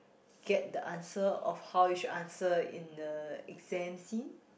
get the answer of how you should answer in the exam scene